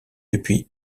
depuis